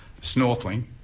snorkeling